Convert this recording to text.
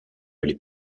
les